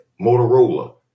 Motorola